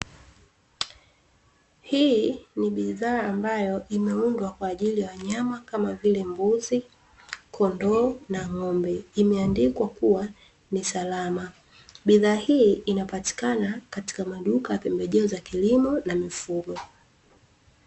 Hii ni bidhaa ambayo imeundwa kwa ajili ya wanyama kama vile: mbuzi, kondoo na ng’ombe; imeandikwa kuwa ni salama. Bidhaa hii inapatikana katika maduka ya pembejeo za kilimo na mifugo.